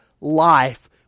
life